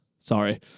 Sorry